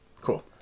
Cool